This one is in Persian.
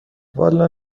والا